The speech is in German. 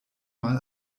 mal